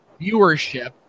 viewership